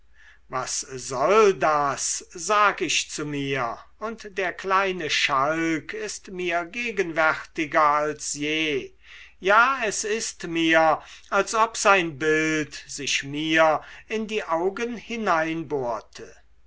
was soll das sag ich zu mir und der kleine schalk ist mir gegenwärtiger als je ja es ist mir als ob sein bild sich mir in die augen